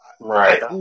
right